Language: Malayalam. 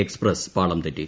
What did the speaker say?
എക്സ്പ്രസ് പാളം തെറ്റി